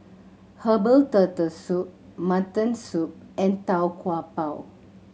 herbal Turtle Soup mutton soup and Tau Kwa Pau